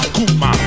Kuma